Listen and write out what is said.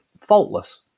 faultless